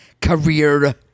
Career